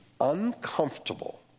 uncomfortable